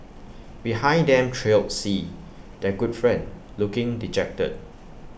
behind them trailed C their good friend looking dejected